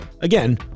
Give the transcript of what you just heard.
again